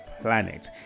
planet